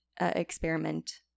experiment